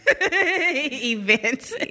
event